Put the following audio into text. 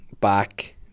back